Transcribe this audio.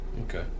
Okay